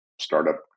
startup